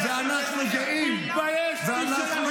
אז,